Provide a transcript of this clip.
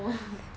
so